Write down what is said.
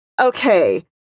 Okay